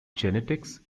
genetics